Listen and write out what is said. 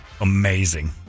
amazing